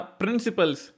principles